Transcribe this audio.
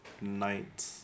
night